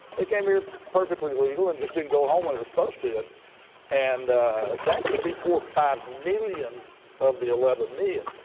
they came here perfectly legal and just didn't go home when they were supposed to. and and that could be four or five million of the eleven million.